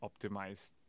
optimized